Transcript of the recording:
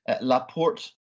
Laporte